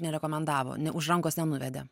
nerekomendavo ne už rankos nenuvedė